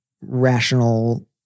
rational